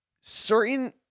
Certain